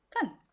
Fun